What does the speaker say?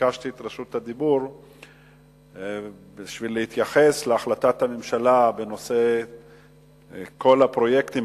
ביקשתי את רשות הדיבור כדי להתייחס להחלטת הממשלה בנושא כל הפרויקטים,